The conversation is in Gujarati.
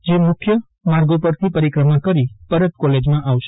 જે મુખ્ય માર્ગો પરથી પરિક્રમા કરી પરત કોલેજમાં આવશે